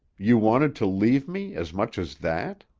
you wanted to leave me, as much as that?